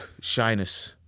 shyness